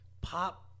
pop